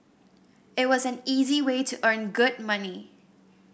it was an easy way to earn good money